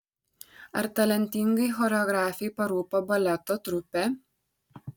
ar talentingai choreografei parūpo baleto trupė